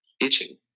itching